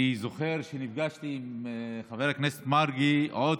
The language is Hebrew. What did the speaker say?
אני זוכר שנפגשתי עם חבר הכנסת מרגי עוד